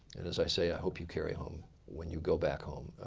and as i say, i hope you carry home, when you go back home,